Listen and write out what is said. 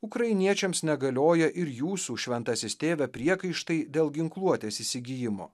ukrainiečiams negalioja ir jūsų šventasis tėve priekaištai dėl ginkluotės įsigijimo